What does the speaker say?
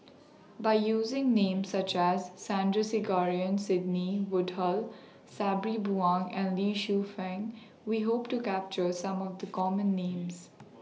By using Names such as Sandrasegaran Sidney Woodhull Sabri Buang and Lee Shu Fen We Hope to capture Some of The Common Names